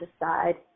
decide